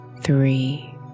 three